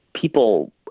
people